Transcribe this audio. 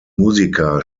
musiker